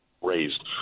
raised